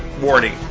Warning